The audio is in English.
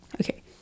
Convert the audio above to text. Okay